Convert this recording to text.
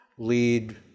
lead